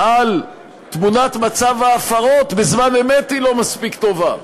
על תמונת מצב ההפרות בזמן אמת היא לא מספיק טובה.